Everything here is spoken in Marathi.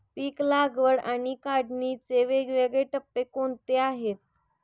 पीक लागवड आणि काढणीचे वेगवेगळे टप्पे कोणते आहेत?